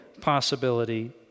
possibility